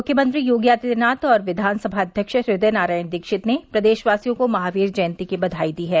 मुख्यमंत्री योगी आदित्यनाथ और विधानसभा अध्यक्ष हृदय नारायण दीक्षित ने प्रदेशवासियों को महावीर जयंती की हार्दिक बधाई दी है